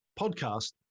podcast